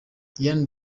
diane